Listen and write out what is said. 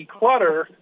declutter